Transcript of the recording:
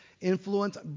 influence